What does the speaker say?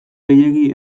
gehiegi